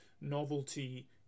novelty